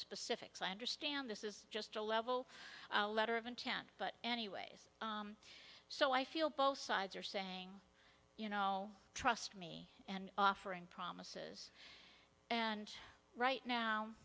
specifics i understand this is just a level letter of intent but anyways so i feel both sides are saying you know trust me and offering promises and right